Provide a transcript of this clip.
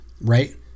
right